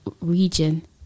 region